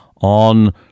on